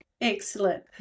Excellent